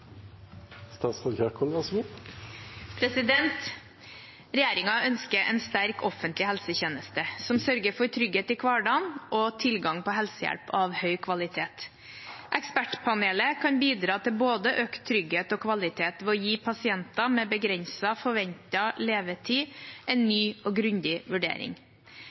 ønsker en sterk offentlig helsetjeneste som sørger for trygghet i hverdagen og tilgang på helsehjelp av høy kvalitet. Ekspertpanelet kan bidra til både økt trygghet og kvalitet ved å gi pasienter med begrenset forventet levetid en ny og grundig vurdering.